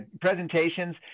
presentations